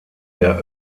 der